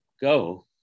go